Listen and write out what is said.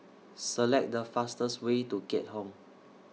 Select The fastest Way to Keat Hong